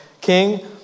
King